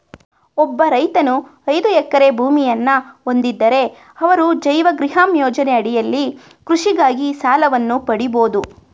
ಒಬ್ಬ ರೈತನು ಐದು ಎಕರೆ ಭೂಮಿಯನ್ನ ಹೊಂದಿದ್ದರೆ ಅವರು ಜೈವ ಗ್ರಿಹಮ್ ಯೋಜನೆ ಅಡಿಯಲ್ಲಿ ಕೃಷಿಗಾಗಿ ಸಾಲವನ್ನು ಪಡಿಬೋದು